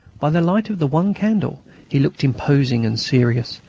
by the light of the one candle he looked imposing and serious.